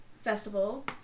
festival